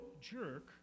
jerk